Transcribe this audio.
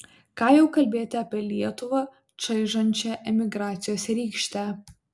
ką jau kalbėti apie lietuvą čaižančią emigracijos rykštę